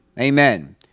Amen